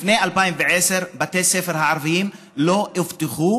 לפני 2010 בתי הספר הערביים לא אובטחו,